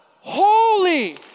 Holy